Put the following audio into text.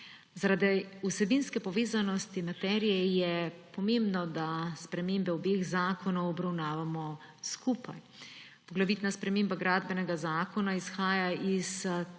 Zaradi vsebinske povezanosti materije je pomembno, da spremembe obeh zakonov obravnavamo skupaj. Poglavitna sprememba Gradbenega zakona izhaja iz